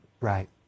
Right